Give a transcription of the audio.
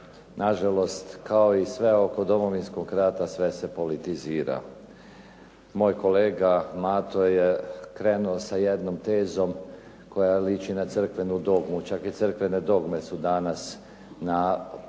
nažalost kao i sve oko Domovinskog rata sve se politizira. Moj kolega Mato je krenuo sa jednom tezom koja liči na crkvenu dogmu, čak i crkvene dogme su danas na